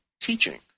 teaching